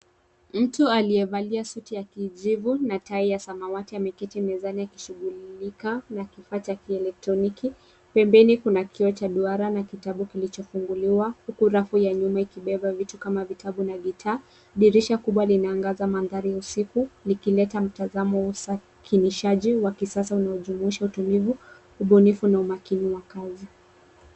Mtu aliyevalia suti ya kijivu na tai ya samawati ameketi mezani akishughulika na kifaa cha kielektroniki. Pembeni kuna kioo cha duara na kitabu kilichofunguliwa huku rafu ya nyuma ikibeba vitu kama vitabu na vita. Dirisha kubwa linaangaza mandhari ya usiku likileta mtazamo wa usakinishaji wa kisasa unaojumuisha utulivu, ubunifu na umakini wa kazi.